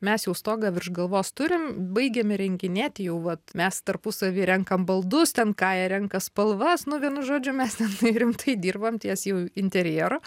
mes jau stogą virš galvos turim baigiam įrenginėti jau vat mes tarpusavy renkam baldus ten kaja renka spalvas nu vienu žodžiu mes tenai rimtai dirbam ties jau interjeru